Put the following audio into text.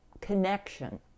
connection